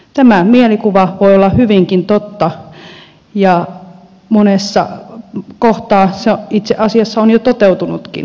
tämä mielikuva voi olla hyvinkin totta ja monessa kohtaa se itse asiassa on jo toteutunutkin